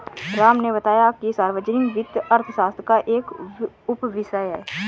राम ने बताया कि सार्वजनिक वित्त अर्थशास्त्र का एक उपविषय है